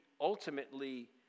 ultimately